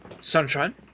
Sunshine